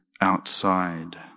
outside